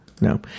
No